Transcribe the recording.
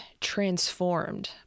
transformed